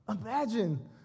Imagine